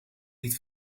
niet